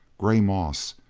gray moss,